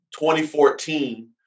2014